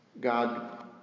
God